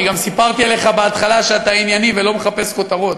אני גם סיפרתי עליך בהתחלה שאתה ענייני ולא מחפש כותרות.